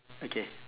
okay